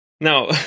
Now